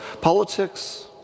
Politics